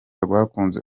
rwakunze